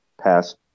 passed